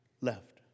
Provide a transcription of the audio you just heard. left